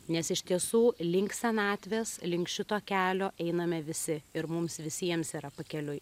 nes iš tiesų link senatvės link šito kelio einame visi ir mums visiems yra pakeliui